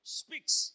speaks